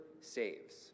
saves